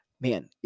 Man